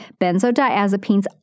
benzodiazepines